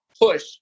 push